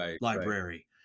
library